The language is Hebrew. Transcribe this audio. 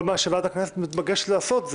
כל מה שוועדת הכנסת מתבקשת לעשות זה